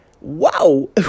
wow